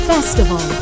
Festival